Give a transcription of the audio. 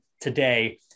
today